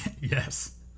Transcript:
Yes